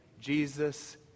Jesus